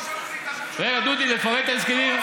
דודי, לפרט את ההסכמים?